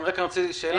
אני רק רוצה לשאול שאלה.